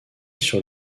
sur